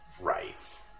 right